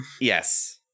Yes